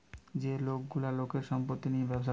যে লোক গুলা লোকের সম্পত্তি নিয়ে ব্যবসা করতিছে